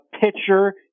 pitcher